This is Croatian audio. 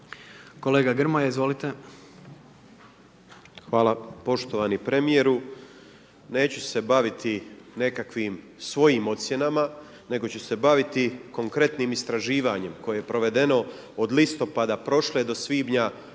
**Grmoja, Nikola (MOST)** Hvala. Poštovani premijeru neću se baviti nekakvim svojim ocjenama nego ću se baviti konkretnim istraživanjem koje je provedeno od listopada prošle do svibnja